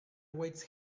awaits